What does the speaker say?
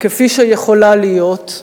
כפי שיכולה להיות,